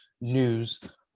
news